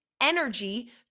energy